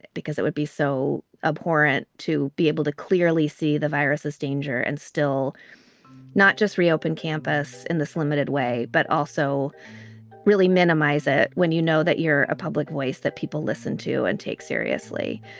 because it would be so abhorrent to be able to clearly see the virus as danger and still not just reopen campus in this limited way, but also really minimize it when you know that you're a public waste that people listen to and take seriously.